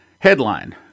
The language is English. Headline